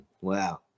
wow